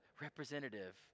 representative